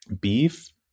beef